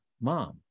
mom